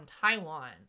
Taiwan